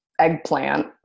eggplant